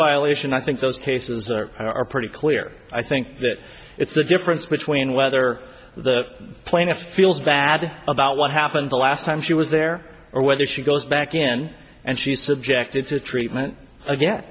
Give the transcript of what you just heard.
violation i think those cases are pretty clear i think that it's the difference between whether the plaintiff feels bad about what happened the last time she was there or whether she goes back again and she is subjected to treatment again